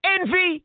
Envy